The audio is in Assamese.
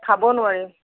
খাব নোৱাৰি